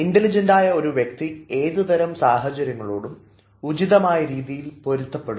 ഇൻറലിജൻറ്റായ ഒരു വ്യക്തി ഏതുതരം സാഹചര്യങ്ങളോടും ഉചിതമായ രീതിയിൽ പൊരുത്തപ്പെടുന്നു